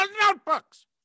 notebooks